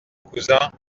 cousins